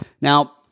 now